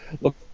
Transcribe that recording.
look